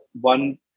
one